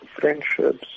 friendships